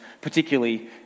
particularly